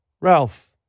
Ralph